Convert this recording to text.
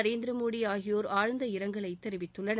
நரேந்திர மோடி ஆகியோர் ஆழந்த இரங்கலைத் தெரிவித்துள்ளனர்